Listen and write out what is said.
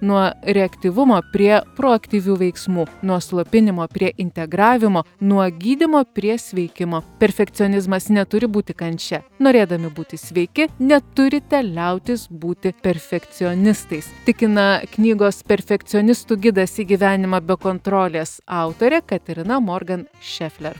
nuo reaktyvumo prie proaktyvių veiksmų nuo slopinimo prie integravimo nuo gydymo prie sveikimo perfekcionizmas neturi būti kančia norėdami būti sveiki neturite liautis būti perfekcionistais tikina knygos perfekcionistų gidas į gyvenimą be kontrolės autorė katerina morgan šefler